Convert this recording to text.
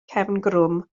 cefngrwm